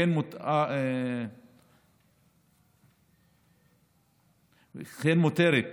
כמו כן מותרת,